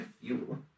fuel